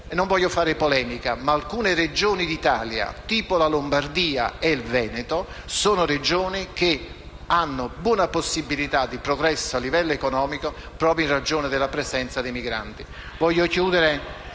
Non voglio fare polemica, ma alcune Regioni d'Italia, come la Lombardia e il Veneto, hanno buona possibilità di progresso economico proprio in ragione della presenza dei migranti.